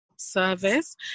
Service